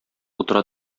утыра